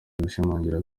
gushimangira